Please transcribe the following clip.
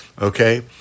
Okay